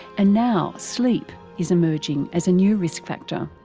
and now sleep is emerging as new risk factor.